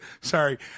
Sorry